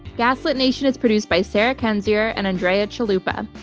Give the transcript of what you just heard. gaslit nation is produced by sarah kendzior and andrea chalupa.